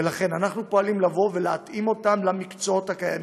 ולכן אנחנו פועלים להתאים אותם למקצועות הקיימים.